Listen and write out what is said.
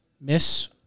Miss